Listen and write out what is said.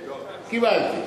קיבלתי.